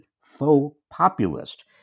faux-populist